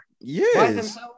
Yes